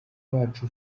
wacu